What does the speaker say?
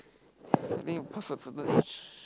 I think you pass a certain age